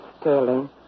Sterling